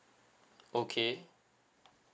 okay